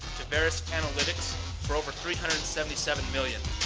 to verisk analytics for over three hundred and seventy seven million.